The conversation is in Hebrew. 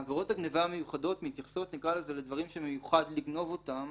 עבירות הגניבה המיוחדות מתייחסות לדברים שמיוחד לגנוב אותם.